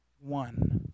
One